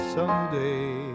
Someday